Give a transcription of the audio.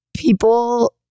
People